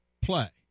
play